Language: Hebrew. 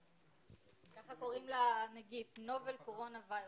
כך קוראים לנגיף נובל קורונה ויירוס.